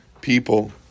people